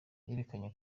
yerekanye